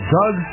Doug